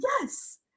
yes